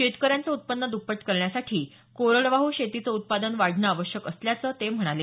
शेतकऱ्यांचं उत्पन्न द्पपट करण्यासाठी कोरडवाहू शेतीचं उत्पादन वाढणं आवश्यक असल्याचं ते म्हणाले